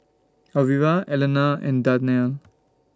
Alvira Allena and Darnell